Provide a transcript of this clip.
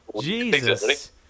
Jesus